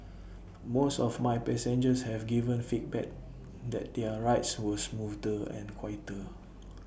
most of my passengers have given feedback that their rides were smoother and quieter